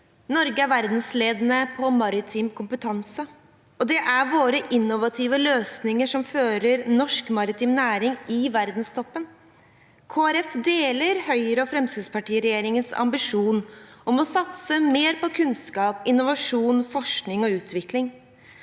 Norge er verdensledende på maritim kompetanse, og det er våre innovative løsninger som fører norsk maritim næring til verdenstoppen. Kristelig Folkeparti deler Høyre–Fremskrittsparti-regjeringens ambisjon om å satse mer på kunnskap, innovasjon, forskning og utvikling.